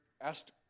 asked